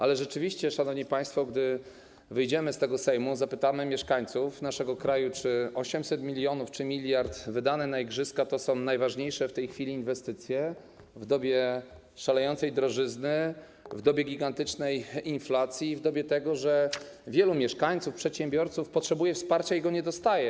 Ale rzeczywiście, szanowni państwo, gdy wyjdziemy z Sejmu i zapytamy mieszkańców naszego kraju, czy 800 mln czy 1 mld wydane na igrzyska to są najważniejsze w tej chwili inwestycje, w dobie szalejącej drożyzny, w dobie gigantycznej inflacji, w dobie tego, że wielu mieszkańców, przedsiębiorców potrzebuje wsparcia i go nie dostaje.